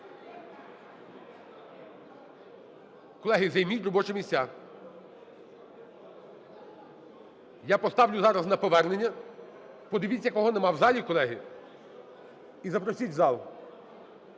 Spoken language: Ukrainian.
Колеги, займіть робочі місця. Я поставлю зараз на повернення. Подивіться, кого нема в залі, колеги, і запросіть в зал.